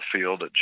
field